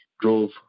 drove